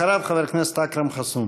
אחריו, חבר הכנסת אכרם חסון.